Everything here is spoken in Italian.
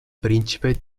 principe